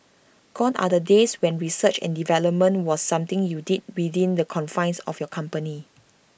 gone are the days when research and development was something you did within the confines of your company